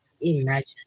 Imagine